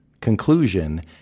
conclusion